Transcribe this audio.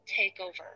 takeover